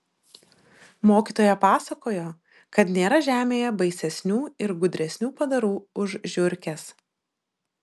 mokytoja pasakojo kad nėra žemėje baisesnių ir gudresnių padarų už žiurkes